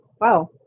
Wow